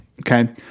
Okay